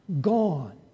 Gone